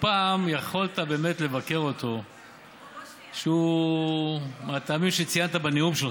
פעם באמת יכולת לבקר אותו מהטעמים שציינת בנאום שלך,